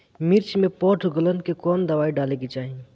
मिर्च मे पौध गलन के कवन दवाई डाले के चाही?